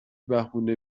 بهونه